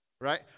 Right